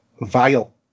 vile